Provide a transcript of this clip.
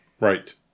Right